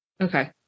Okay